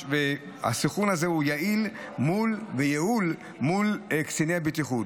הסנכרון הזה יעיל מול קציני בטיחות.